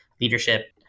leadership